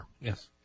Yes